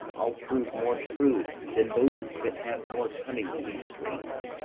i'll prove more true than those that have more cunning to be strange.